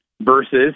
versus